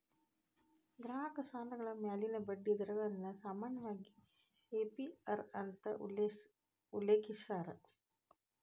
ಗ್ರಾಹಕ ಸಾಲಗಳ ಮ್ಯಾಲಿನ ಬಡ್ಡಿ ದರಗಳನ್ನ ಸಾಮಾನ್ಯವಾಗಿ ಎ.ಪಿ.ಅರ್ ಅಂತ ಉಲ್ಲೇಖಿಸ್ಯಾರ